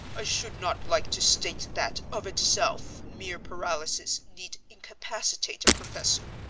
i should not like to state that of itself mere paralysis need incapacitate a professor.